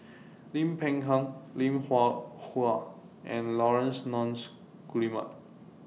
Lim Peng Han Lim Hwee Hua and Laurence Nunns Guillemard